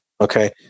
okay